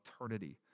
eternity